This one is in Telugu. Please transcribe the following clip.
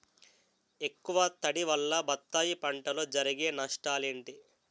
ఎక్కువ తడి వల్ల బత్తాయి పంటలో జరిగే నష్టాలేంటి?